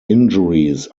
injuries